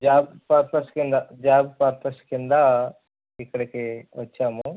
job purpose క్రింద job purpose క్రింద ఇక్కడికి వచ్చాము